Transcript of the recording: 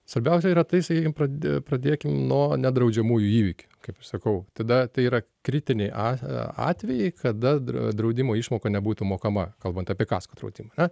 svarbiausia yra tai sakykim pradė pradėkim nuo nedraudžiamųjų įvykių kaip aš sakau tada tai yra kritiniai a atvejai kada draudimo išmoka nebūtų mokama kalbant apie kasko draudimą ane